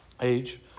age